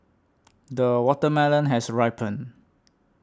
the watermelon has ripened